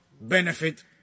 benefit